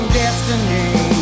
destiny